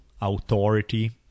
authority